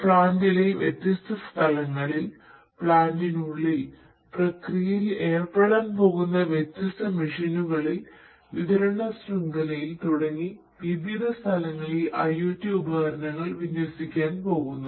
പ്ലാന്റിലെ വ്യത്യസ്ത സ്ഥലങ്ങളിൽ പ്ലാന്റിനുള്ളിൽ പ്രക്രിയയിൽ ഏർപ്പെടാൻ പോകുന്ന വ്യത്യസ്ത മെഷീനുകളിൽ വിതരണ ശൃംഖലയിൽ തുടങ്ങി വിവിധ സ്ഥലങ്ങളിൽ IOT ഉപകരണങ്ങൾ വിന്യസിക്കാൻ പോകുന്നു